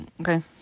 Okay